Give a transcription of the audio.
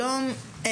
שלום לכולם,